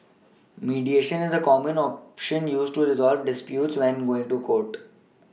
mediation is a common option used to resolve disputes when going to court